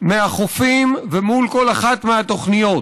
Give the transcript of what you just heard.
מהחופים ומול כל אחת מהתוכניות,